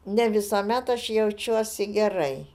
ne visuomet aš jaučiuosi gerai